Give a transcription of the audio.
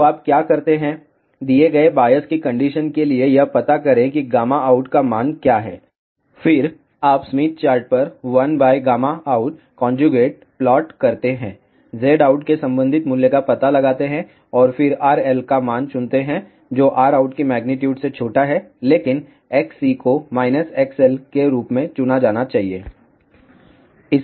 तो आप क्या करते हैं दिए गए बायस की कंडीशन के लिए यह पता करें कि गामा आउट का मान क्या है फिर आप स्मिथ चार्ट पर 1 by gamma out conjugate plot करते हैं Zout के संबंधित मूल्य का पता लगाते है और फिर RL का मान चुनते हैं जो Rout की मेग्नीट्यूड से छोटा है लेकिन XC को XL के रूप में चुना जाना चाहिए